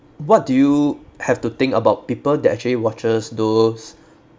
what do you have to think about people that actually watches those